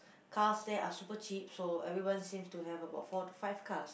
cars there are super cheap so everyone seem to have about four five cars